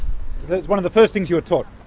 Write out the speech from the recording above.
one of the first things you were taught.